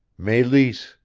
meleese,